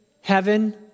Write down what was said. heaven